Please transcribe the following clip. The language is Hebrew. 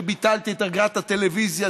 וביטלתי את אגרת הטלוויזיה,